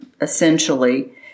essentially